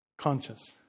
Conscious